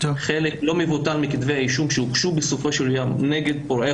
חלק לא מבוטל מכתבי האישום שהוגשו בסופו של יום נגד פורעי